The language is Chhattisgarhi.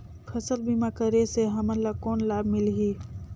फसल बीमा करे से हमन ला कौन लाभ मिलही?